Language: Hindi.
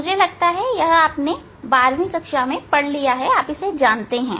मुझे लगता है यह बारहवीं कक्षा का कार्य है आप जानते हैं